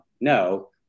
no